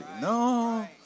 No